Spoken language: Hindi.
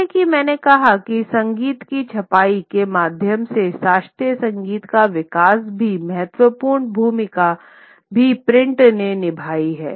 जैसा कि मैंने कहा कि संगीत की छपाई के माध्यम से शास्त्रीय संगीत का विकास भी महत्वपूर्ण भूमिका भी प्रिंट ने निभाई थी